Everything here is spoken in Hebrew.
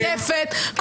נרדפת.